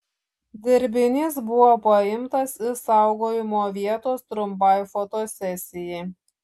dirbinys buvo paimtas iš saugojimo vietos trumpai fotosesijai